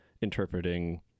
interpreting